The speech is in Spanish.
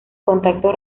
contactos